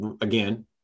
again